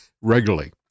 regularly